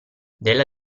della